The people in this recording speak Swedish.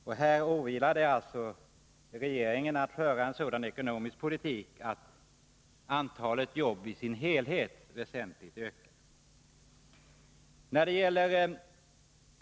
Det åvilar alltså regeringen att föra en sådan politik att detta sker.